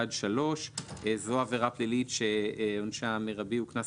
עד (3);'" זו עבירה פלילית שעונשה המרבי הוא קנס,